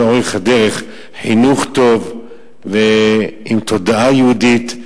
אורך הדרך: חינוך טוב ועם תודעה יהודית.